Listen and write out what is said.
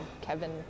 Kevin